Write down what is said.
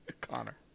Connor